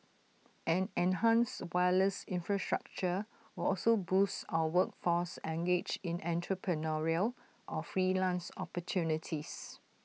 an enhanced wireless infrastructure will also boost our workforce engaged in entrepreneurial or freelance opportunities